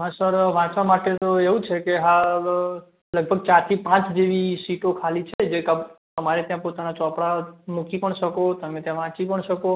હા સર વાંચવા માટે તો એવું છે કે હાલ લગભગ ચારથી પાંચ જેવી સીટો ખાલી છે જે તમે અમારે ત્યાં તમારા ચોપડા મૂકી પણ શકો તમે ત્યાં વાંચી પણ શકો